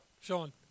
Sean